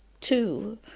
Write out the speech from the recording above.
two